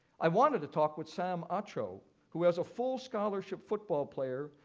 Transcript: i wanted to talk with sam acho who, as a full scholarship football player,